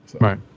Right